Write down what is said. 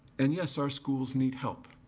and yes, our schools need help.